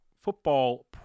football